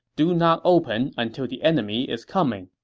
do not open until the enemy is coming.